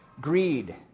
greed